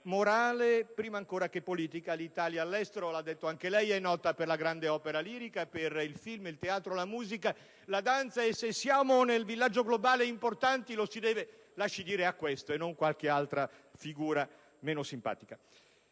morale, prima ancora che politica. L'Italia all'estero - l'ha dichiarato anche lei - è nota per la grande opera lirica, i film, il teatro, la musica, la danza; se siamo importanti nel villaggio globale, lo si deve - me lo lasci dire - a questo e non a qualche altra figura meno simpatica.